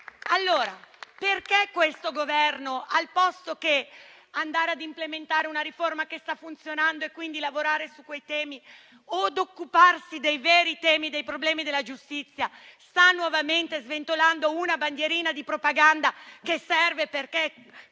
Allora perché questo Governo, anziché implementare una riforma che stava funzionando, lavorare su quei temi o occuparsi di quelli e dei problemi della giustizia, sta nuovamente sventolando una bandierina di propaganda che serve, perché